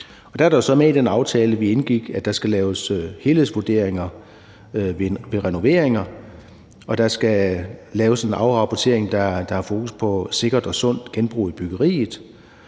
den aftale, vi indgik, fastsættes det, at der skal laves helhedsvurderinger ved renoveringer, og at der skal laves en afrapportering, der har fokus på sikkert og sundt genbrug i byggeriet,